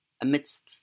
amidst